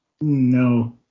No